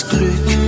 Glück